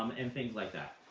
um and things like that.